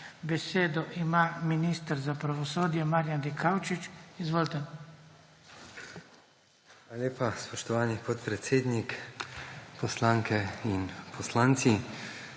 Besedo ima minister za pravosodje Marjan Dikaučič. Izvolite. MARJAN DIKAUČIČ: Hvala lepa, spoštovani podpredsednik. Poslanke in poslanci!